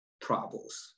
problems